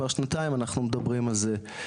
כבר שנתיים אנחנו מדברים על זה,